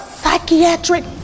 psychiatric